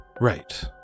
Right